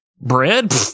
Bread